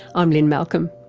i'm lynne malcolm.